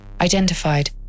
identified